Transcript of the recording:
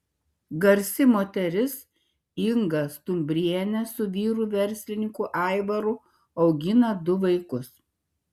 garsi moteris inga stumbrienė su vyru verslininku aivaru augina du vaikus